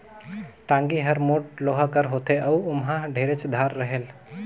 टागी हर मोट लोहा कर होथे अउ ओमहा ढेरेच धार रहेल